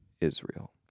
Israel